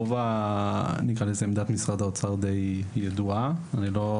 עמדת משרד האוצר ידועה למדי,